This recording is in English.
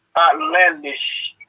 outlandish